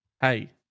hey